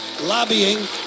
lobbying